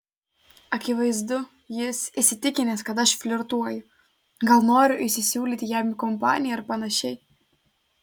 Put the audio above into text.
akivaizdu jis įsitikinęs kad aš flirtuoju gal noriu įsisiūlyti jam į kompaniją ar panašiai